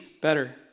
better